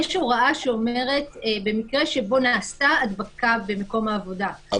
יש הוראה שאומרת: במקרה שבו נעשתה הדבקה במקום העבודה,